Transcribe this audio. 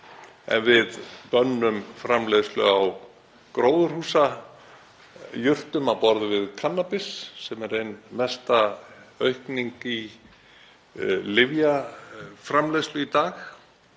en við bönnum framleiðslu á gróðurhúsajurtum á borð við kannabis, sem er ein mesta aukning í lyfjaframleiðslu í dag.